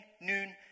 noon